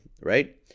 right